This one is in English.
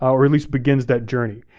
or at least begins that journey.